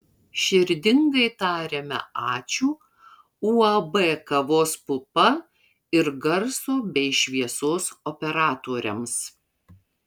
širdingai tariame ačiū uab kavos pupa ir garso bei šviesos operatoriams